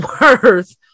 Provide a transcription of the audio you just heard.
worth